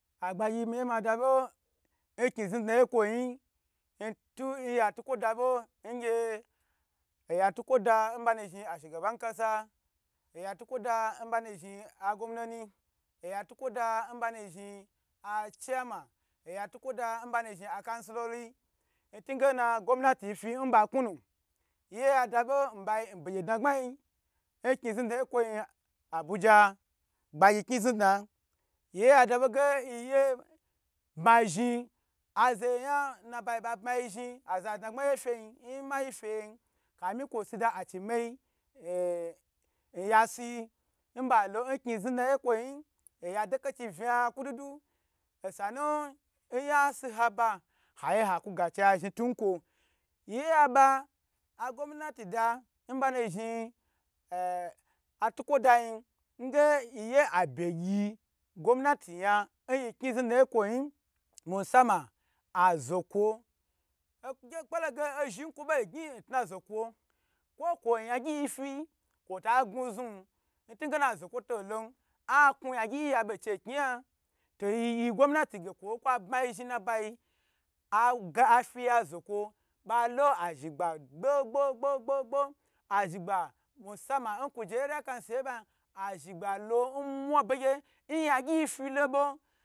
Agbagyi miye mada bo nkoi znidna ye kwongin ntun nya tukwo da bo ngyo oya bukwo da nba nu zhni ashigbankasa oya tukwo da nbanu zhni gomnani, oya tukwo da nbamu zhni a chiama oya tukwo da nbanu zhni a cansilali, n tungena gomnah nh nba knu nu yiye ya da bo nbayi o bege ha gbayi nkni zni dna ye kwoi abuja abgagyi kni zb dna yiye yada boge yiye ba zhni azeyeyan nna bayi ba bmayi zhni aza dna gbayi ye fiya nmayi ye yi kafia kwo si da a chimeyi e nyasuyi nbala nkni zni dna ye kwoyi oya dekadi vna kududu osanu ayan si haba hayi naku gai chiya zhni tukwo yi yaba a gomnati da oba banu zhni atukwa dayin nge yiye abye gye gomnati yan nyi kai znidna ye kwo yin musama azokwo okpologe ozhni kwo ba gyn n tna zokwo kwo kwo yemgyi fi kwota gna zni ntigeno zokwo to lon ah kun yan gyi ya be kni nyar to giyi gomnati ge kwo kwa bmai zhni n na bayi aga afiya zokwo ba lo a zhni gba gbo gbo gbo gbo gbo azhni gba musama nkuje area council ye ban azhni gba lo n mwa bege n yongyi filobo.